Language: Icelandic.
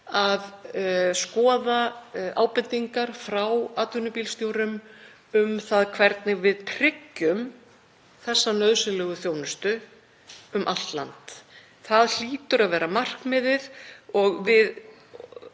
að skoða ábendingar frá atvinnubílstjórum um það hvernig við tryggjum þessa nauðsynlegu þjónustu um allt land. Það hlýtur að vera markmiðið og við